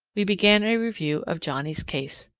we began a review of johnnie's case.